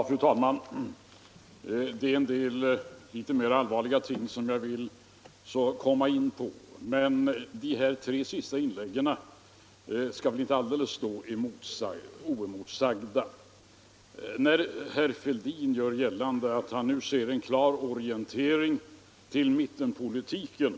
Fru talman! Jag vill komma in på en del litet mera allvarliga ting. Men de tre senaste inläggen skall väl inte stå alldeles oemotsagda. Herr Fälldin gör gällande att han nu ser en klar orientering mot mittenpolitiken.